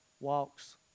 walks